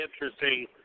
interesting